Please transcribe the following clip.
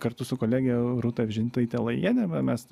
kartu su kolege rūta vyžintaite lajiene va mes